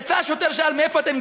יצא שוטר ושאל: מאיפה אתם,